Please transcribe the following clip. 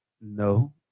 No